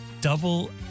double